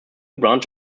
branch